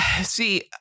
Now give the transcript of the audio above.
see